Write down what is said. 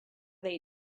they